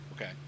Okay